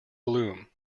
gloom